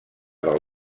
del